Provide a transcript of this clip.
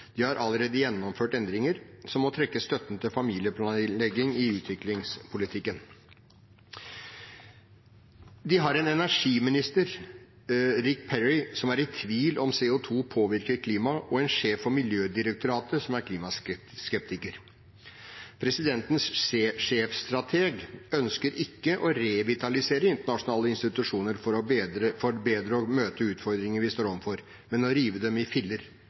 støtten til familieplanlegging i utviklingspolitikken. De har en energiminister, Rick Perry, som er i tvil om CO 2 påvirker klima, og en sjef for miljødirektoratet som er klimaskeptiker. Presidentens sjefsstrateg ønsker ikke å revitalisere internasjonale institusjoner for bedre å møte utfordringer vi står overfor, men å rive dem i filler,